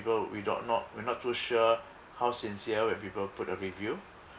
though we don't not we're not too sure how sincere when people put a review